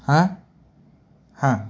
हां हां